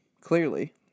Clearly